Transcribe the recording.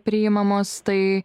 priimamos tai